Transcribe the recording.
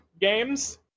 games